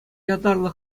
ятарлӑ